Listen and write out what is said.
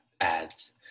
ads